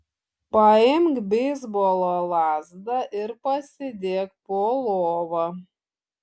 paimk beisbolo lazdą ir pasidėk po lova